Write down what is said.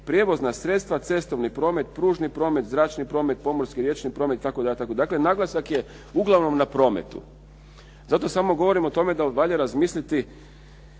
prijevozna sredstva, cestovni promet, pružni promet, zračni promet, pomorski i riječni promet i tako dalje, dakle naglasak je uglavnom na prometu. Zato samo govorim o tome da valja razmisliti